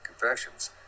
Confessions